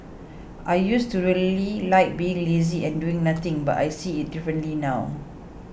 I used to really like being lazy and doing nothing but I see it differently now